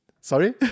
sorry